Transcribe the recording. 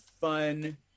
fun